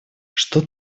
что